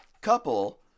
couple